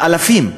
באלפים.